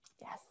Yes